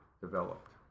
developed